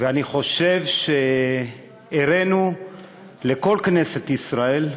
ואני חושב שהראינו לכל כנסת ישראל,